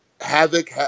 havoc